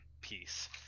peace